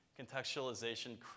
contextualization